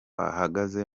ahagaze